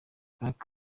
black